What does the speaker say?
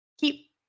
keep